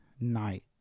night